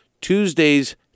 Tuesdays